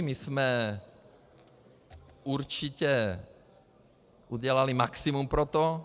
My jsme určitě udělali maximum pro to.